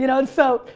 you know and so,